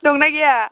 दंना गैया